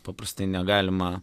paprastai negalima